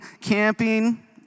camping